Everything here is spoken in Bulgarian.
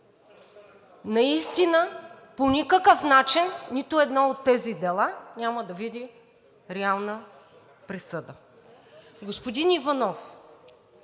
наистина по никакъв начин нито едно от тези дела няма да види реална присъда. Господин Иванов,